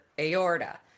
aorta